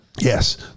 Yes